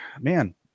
man